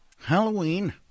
Halloween